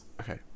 Okay